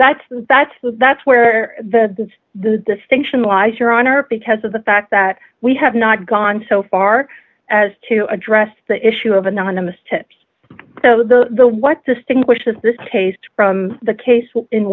that's that's that's where the that's the distinction lies your honor because of the fact that we have not gone so far as to address the issue of anonymous tips so the the what distinguishes this case from the case in